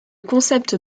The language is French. concept